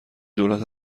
دولت